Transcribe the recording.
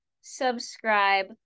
subscribe